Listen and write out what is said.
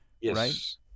yes